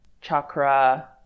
chakra